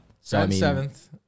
Seventh